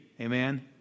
Amen